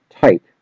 type